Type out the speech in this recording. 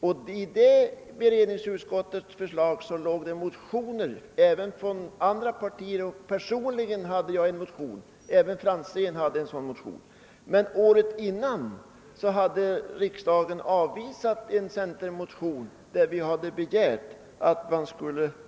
I allmänna beredningsutskottets förslag omnämndes motioner även från andra partier. Både jag och herr Franzén i Motala hade väckt motioner som var omnämnda där. Men året innan hade riksdagen avslagit en centerpartimotion, i vilken vi hade begärt att man skulle.